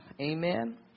Amen